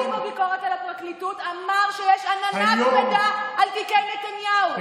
נציב הביקורת על הפרקליטות אמר שיש עננה כבדה על תיקי נתניהו.